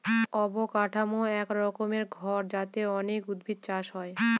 অবকাঠামো এক রকমের ঘর যাতে অনেক উদ্ভিদ চাষ হয়